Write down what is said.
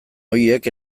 horiek